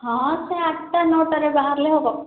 ହଁ ସେ ଆଠଟା ନଅଟାରେ ବାହାରିଲେ ହେବ